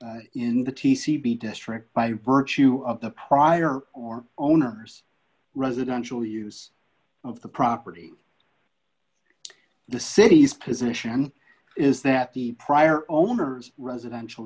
in the t c b district by virtue of the prior or owner's residential use of the property the city's position is that the prior owner's residential